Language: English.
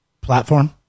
platform